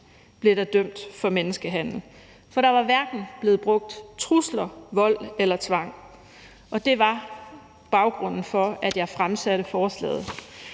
blev der dømt for menneskehandel, for der var hverken blevet brugt trusler, vold eller tvang, og det var baggrunden for, at jeg fremsatte forslaget.